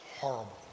horrible